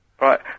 Right